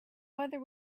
whether